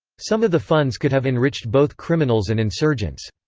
some of the funds could have enriched both criminals and insurgents.